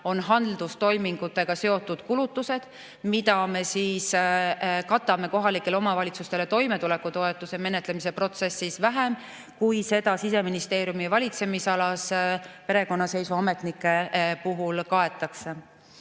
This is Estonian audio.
on haldustoimingutega seotud kulutused, mida me katame kohalikele omavalitsustele toimetulekutoetuse menetlemise protsessis vähem, kui Siseministeeriumi valitsemisalas perekonnaseisuametnike puhul kaetakse.